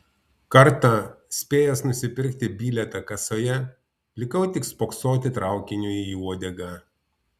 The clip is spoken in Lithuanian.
kartą spėjęs nusipirkti bilietą kasoje likau tik spoksoti traukiniui į uodegą